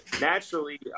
naturally